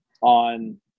on